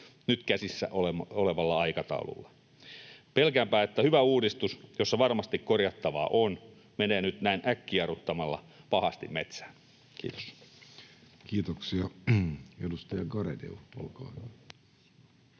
nyt käsissä olevalla aikataululla. Pelkäänpä, että hyvä uudistus, jossa varmasti korjattavaa on, menee nyt näin äkkijarruttamalla pahasti metsään. — Kiitos. [Speech